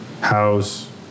house